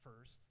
first